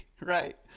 right